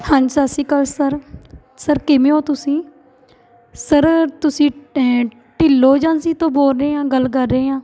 ਹਾਂਜੀ ਸਤਿ ਸ਼੍ਰੀ ਅਕਾਲ ਸਰ ਸਰ ਕਿਵੇਂ ਹੋ ਤੁਸੀਂ ਸਰ ਤੁਸੀਂ ਟੇ ਢਿੱਲੋਂ ਏਜੰਸੀ ਤੋਂ ਬੋਲ ਰਹੇ ਹਾਂ ਗੱਲ ਕਰ ਰਹੇ ਹਾਂ